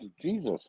Jesus